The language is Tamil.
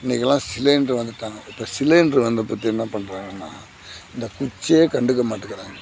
இன்னைக்கெல்லாம் சிலிண்ட்ரு வந்து விட்டாங்க இப்போ சிலிண்ட்ரு வந்தப்பேத்து என்ன பண்ணுறாங்கன்னா இந்த குச்சியே கண்டுக்கமாட்டுங்குறாங்க